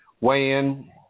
weigh-in